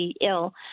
ill